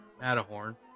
Matterhorn